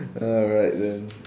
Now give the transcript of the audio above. alright then